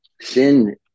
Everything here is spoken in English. sin